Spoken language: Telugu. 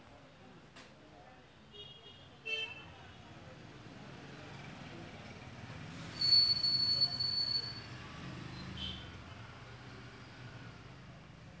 వాటా దృవీకరణ పత్రం ద్వారా సంస్తకు కలిగిన వ్యక్తి వాటదారుడు అవచ్చు